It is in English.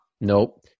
Nope